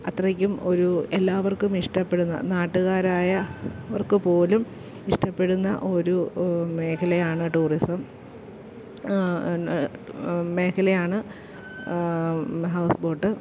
അത്രയ്ക്കും ഒരു എല്ലാവർക്കും ഇഷ്ടപ്പെടുന്ന നാട്ടുകാരായ അവർക്ക് പോലും ഇഷ്ടപ്പെടുന്ന ഒരു മേഘലയാണ് ടൂറിസം മേഖലയാണ് ഹൗസ്ബോട്ട്